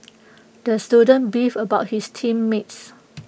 the student beefed about his team mates